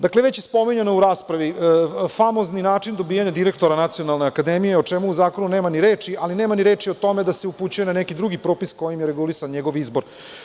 Dakle, već je spominjano u raspravi famozni način dobijanja direktora Nacionalne akademije, o čemu u zakonu nema ni reči, ali nema ni reči o tome da se upućuje na neki drugi propis kojim je regulisan njegov izbor.